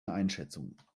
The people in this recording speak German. einschätzung